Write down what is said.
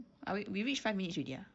ah we we reach five minutes already ah